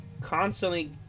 constantly